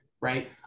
right